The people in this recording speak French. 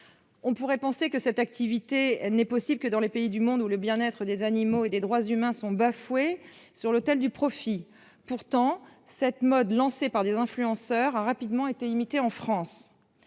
On pourrait penser que cette activité n'est possible que dans les pays du monde ou le bien-être des animaux et des droits humains sont bafoués sur l'autel du profit. Pourtant cette mode lancée par des influenceurs a rapidement été imité en France.